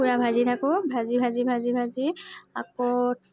পূৰা ভাজি থাকোঁ ভাজি ভাজি ভাজি ভাজি আকৌ